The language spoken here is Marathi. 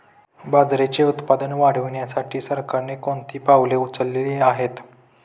बाजरीचे उत्पादन वाढविण्यासाठी सरकारने कोणती पावले उचलली आहेत?